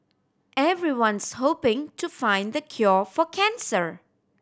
everyone's hoping to find the cure for cancer